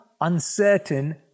uncertain